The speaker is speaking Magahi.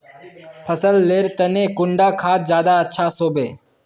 फसल लेर तने कुंडा खाद ज्यादा अच्छा सोबे?